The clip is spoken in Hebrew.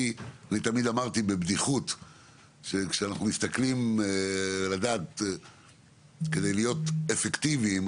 אני תמיד אמרתי בבדיחות שכשאנחנו מסתכלים כדי להיות אפקטיביים,